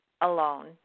alone